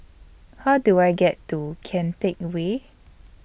How Do I get to Kian Teck Way